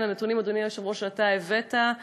כן, הנתונים, אדוני היושב-ראש, שאתה הבאת,